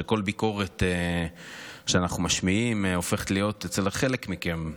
שכל ביקורת שאנחנו משמיעים הופכת להיות אצל חלק מכם,